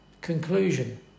Conclusion